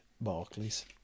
Barclays